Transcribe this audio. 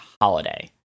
holiday